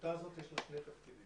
לעמותה הזאת יש שני תפקידים,